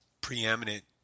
preeminent